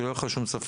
שלא יהיה לך שום ספק,